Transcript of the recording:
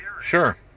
Sure